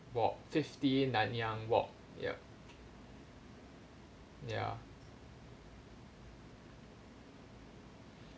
walk fifty nanyang walk yup ya